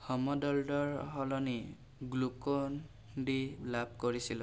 হমদৰ্দৰ সলনি Glucon D লাভ কৰিছিলোঁ